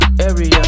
area